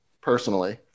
personally